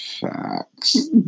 Facts